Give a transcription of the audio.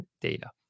data